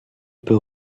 peut